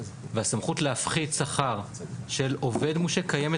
והסמכות להפחית שכר של עובד מושעה קיימת